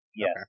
Yes